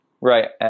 Right